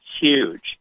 huge